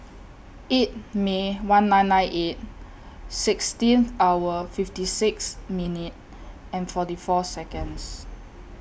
eight May one nine nine eight sixteen hour fifty six minute and forty four Seconds